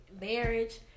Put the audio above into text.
marriage